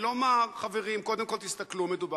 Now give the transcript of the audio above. ואנחנו גם אפילו לא מצליחים להבין